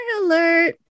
alert